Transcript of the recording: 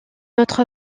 autre